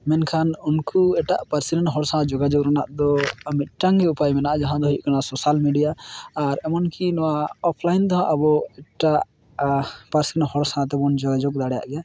ᱢᱮᱱᱠᱷᱟᱱ ᱩᱱᱠᱩ ᱮᱴᱟᱜ ᱯᱟᱨᱥᱤᱨᱮᱱ ᱦᱚᱲ ᱥᱟᱶ ᱡᱳᱜᱟᱡᱳᱜ ᱨᱮᱱᱟᱜ ᱫᱚ ᱢᱤᱫᱴᱟᱝ ᱜᱮ ᱩᱯᱟᱭ ᱢᱮᱱᱟᱜᱼᱟ ᱡᱟᱦᱟᱸᱫᱚ ᱦᱩᱭᱩᱜ ᱠᱟᱱᱟ ᱥᱳᱥᱟᱞ ᱢᱤᱰᱤᱭᱟ ᱟᱨ ᱮᱢᱚᱱᱠᱤ ᱱᱚᱣᱟ ᱚᱯᱷᱞᱟᱭᱤᱱᱛᱮ ᱦᱚᱸ ᱟᱵᱚ ᱮᱴᱟᱜ ᱯᱟᱨᱥᱤᱨᱮᱱ ᱦᱚᱲ ᱥᱟᱶᱛᱮᱵᱚᱱ ᱡᱳᱜᱟᱡᱳᱜᱽ ᱫᱟᱲᱮᱭᱟᱜᱼᱟ ᱜᱮᱭᱟ